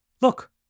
look